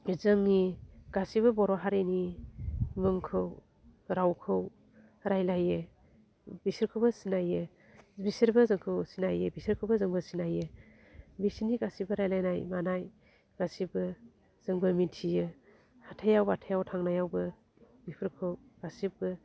जोंनि गासैबो बर' हारिनि मुंखौ रावखौ रायलायो बिसोरखौबो सिनायो बिसोरबो जोंखौ सिनायो बिसोरखौबो जोंबो सिनायो बिसिनि गासिबो रायलायनाय मानाय गासैबो जोंबो मिथियो हाथाइयाव बाथायाव थांनायावबो बेफोरखौ गासिबो